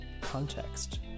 context